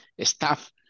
staff